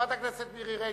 חברת הכנסת מירי רגב,